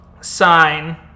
sign